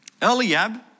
Eliab